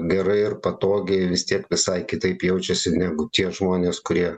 gerai ir patogiai vis tiek visai kitaip jaučiasi negu tie žmonės kurie